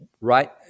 Right